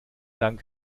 dank